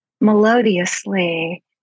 melodiously